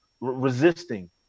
resisting